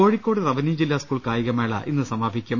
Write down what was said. Kozhikode revenue ജില്ലാ school കായികമേള ഇന്ന് സമാപിക്കും